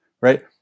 right